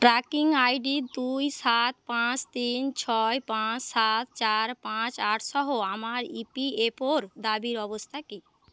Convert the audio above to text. tracking I D দুই সাত পাঁচ তিন ছয় পাঁচ সাত চার পাঁচ আট সহ আমার ই পি এফ ওর দাবির অবস্থা কী